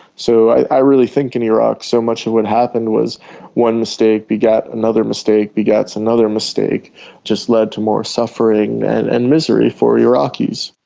so i really think in iraq so much of what happened was one mistake begat another mistake begat another mistake and just led to more suffering and and misery for iraqis.